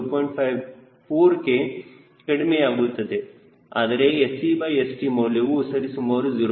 4 ಕೆ ಕಡಿಮೆಯಾಗುತ್ತದೆ ಆದರೆ SeSt ಮೌಲ್ಯವು ಸರಿಸುಮಾರು 0